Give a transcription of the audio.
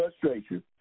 frustration